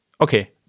okay